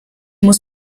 muss